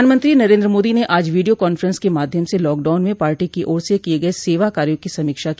प्रधानमंत्री नरेन्द्र मोदी ने आज वीडियो कांफ्रेंस के माध्यम से लॉकडाउन में पार्टी की ओर से किये गये सेवा कार्यो की समीक्षा की